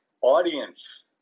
audience